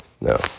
No